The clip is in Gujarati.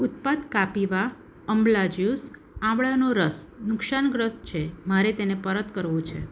ઉત્પાદ કાપીવા અમલા જ્યુસ આમળાનો રસ નુકસાનગ્રસ્ત છે મારે તેને પરત કરવો છે